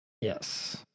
Yes